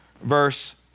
verse